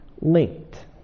linked